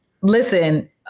Listen